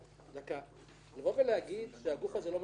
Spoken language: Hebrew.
לבוא ולומר שהגוף הזה לא מפוקח?